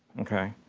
okay?